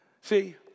See